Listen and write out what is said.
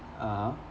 (uh huh)